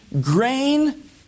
grain